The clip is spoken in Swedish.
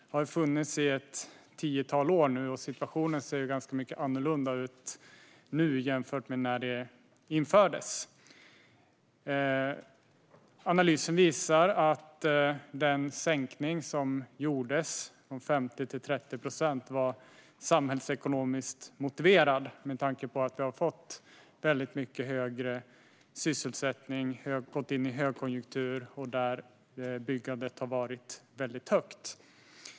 Det har nu funnits i ett tiotal år, och situationen ser nu mycket annorlunda ut än den gjorde när det infördes. Analysen visar att den sänkning från 50 till 30 procent som gjordes var samhällsekonomiskt motiverad. Vi har fått mycket högre sysselsättning och gått in i en högkonjunktur där byggandet har varit väldigt stort.